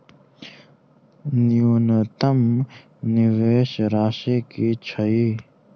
न्यूनतम निवेश राशि की छई?